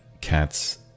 cat's